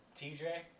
TJ